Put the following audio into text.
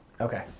Okay